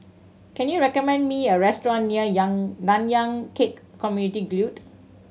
can you recommend me a restaurant near yang Nanyang Khek Community Guild